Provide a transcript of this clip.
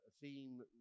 theme